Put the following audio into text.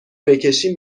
بکشی